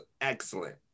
excellent